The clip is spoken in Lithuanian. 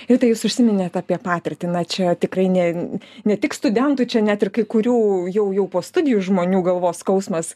rita jūs užsiminėt apie patirtį na čia tikrai ne ne tik studentui čia net ir kai kurių jau jau po studijų žmonių galvos skausmas